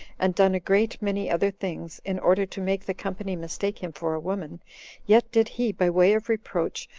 and done a great many other things, in order to make the company mistake him for a woman yet did he, by way of reproach,